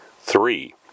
three